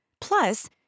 Plus